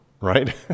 right